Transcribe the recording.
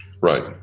Right